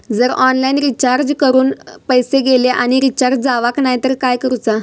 जर online recharge करून पैसे गेले आणि रिचार्ज जावक नाय तर काय करूचा?